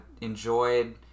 enjoyed